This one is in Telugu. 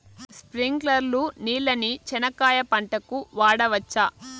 స్ప్రింక్లర్లు నీళ్ళని చెనక్కాయ పంట కు వాడవచ్చా?